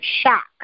shock